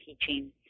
teaching